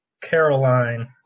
Caroline